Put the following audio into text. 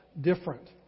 different